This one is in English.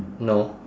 no